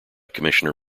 commissioner